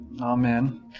Amen